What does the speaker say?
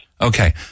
Okay